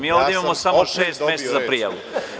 Mi ovde imamo samo šest mesta za prijavu.